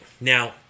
now